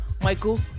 Michael